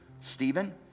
Stephen